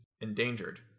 endangered